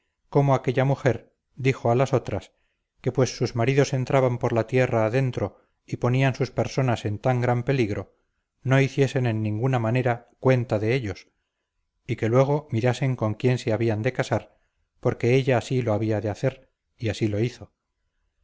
cómo aquella mujer dijo a las otras que pues sus maridos entraban por la tierra adentro y ponían sus personas en tan gran peligro no hiciesen en ninguna manera cuenta de ellos y que luego mirasen con quién se habían de casar porque ella así lo había de hacer y así lo hizo